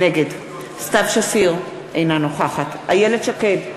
נגד סתיו שפיר, אינה נוכחת איילת שקד,